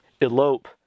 elope